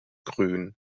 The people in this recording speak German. grün